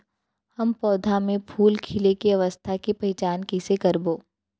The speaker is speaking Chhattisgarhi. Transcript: हम पौधा मे फूल खिले के अवस्था के पहिचान कईसे करबो